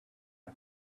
few